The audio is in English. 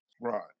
Right